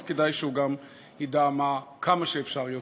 אז כדאי שהוא גם ידע כמה שאפשר יותר.